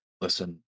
listen